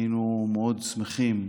היינו מאוד שמחים,